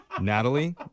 Natalie